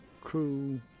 crew